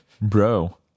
bro